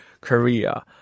Korea